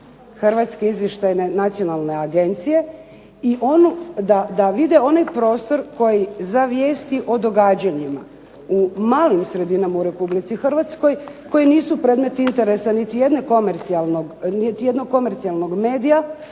shvate značaj HINA-e i da vide onaj prostor koji za vijesti o događanjima u malim sredinama u RH koji nisu predmet interesa niti jednog komercijalnog medija